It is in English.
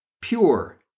pure